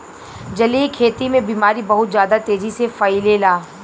जलीय खेती में बीमारी बहुत ज्यादा तेजी से फइलेला